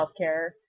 healthcare